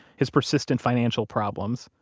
his persistent financial problems,